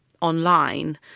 online